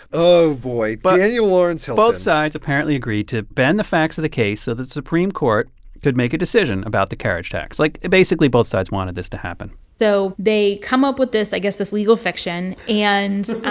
oh, boy. but daniel lawrence hilton. both sides apparently agree to bend the facts of the case so the supreme court could make a decision about the carriage tax. like, basically, both sides wanted this to happen so they come up with this i guess this legal fiction, and